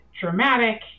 dramatic